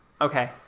Okay